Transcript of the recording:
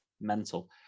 Mental